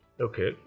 Okay